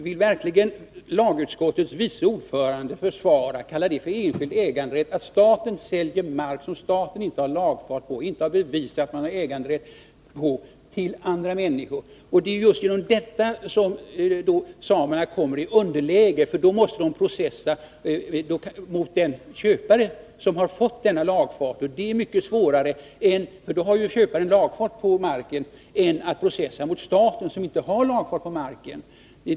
Vill verkligen lagutskottets vice ordförande kalla det för enskild äganderätt om staten säljer mark som staten inte har lagfart på till andra människor? Det är just genom detta som samerna kommer i underläge, därför att då måste de processa mot den köpare som har fått denna lagfart. Det är mycket svårare, eftersom köparen då har lagfart på marken, än att processa mot staten som inte har lagfart på marken.